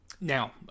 Now